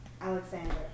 Alexander